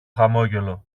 χαμόγελο